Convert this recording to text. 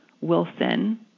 Wilson